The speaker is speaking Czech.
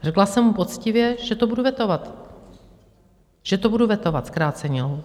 Řekla jsem mu poctivě, že to budu vetovat, že to budu vetovat, zkrácení lhůt.